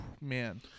Man